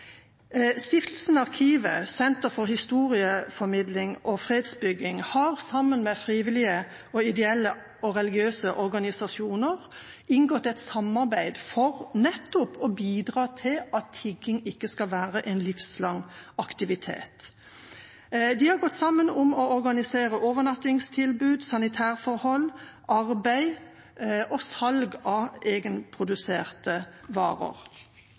Stiftelsen Arkivet – Senter for historieformidling og fredsbygging har sammen med frivillige, ideelle og religiøse organisasjoner inngått et samarbeid for nettopp å bidra til at tigging ikke skal være en livslang aktivitet. De har gått sammen om å organisere overnattingstilbud, sanitærforhold, arbeid og salg av egenproduserte varer.